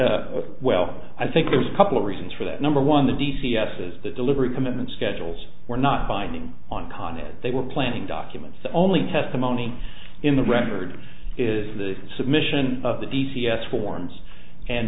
say well i think there's a couple of reasons for that number one the d c s is the delivery commitment schedules were not binding on condit they were planning documents only testimony in the record is the submission of the d c s forms and